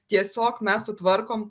tiesiog mes sutvarkom